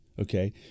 Okay